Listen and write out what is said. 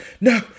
No